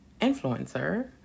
influencer